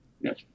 yes